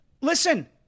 listen